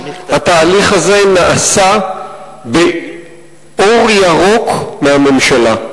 התהליך הזה נעשה באור ירוק מהממשלה.